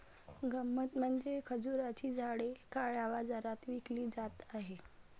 गंमत म्हणजे खजुराची झाडे काळ्या बाजारात विकली जात होती